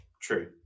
True